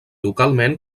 localment